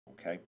okay